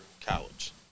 college